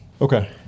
Okay